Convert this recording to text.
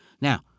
Now